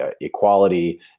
equality